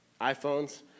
iPhones